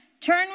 turn